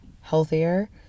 healthier